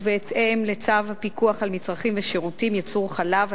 ובהתאם לצו פיקוח על מצרכים ושירותים (ייצור חלב),